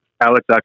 Alex